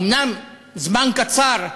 אומנם זה זמן קצר,